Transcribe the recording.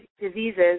diseases